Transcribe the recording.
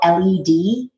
LED